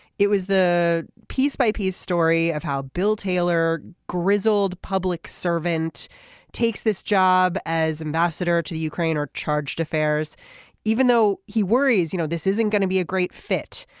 it was the piece by piece story of how bill taylor grizzled public servant takes this job as ambassador to the ukraine or charged affairs even though he worries. you know this isn't going to be a great fit.